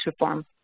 reform